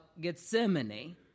Gethsemane